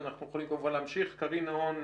היה פה דיון ארוך,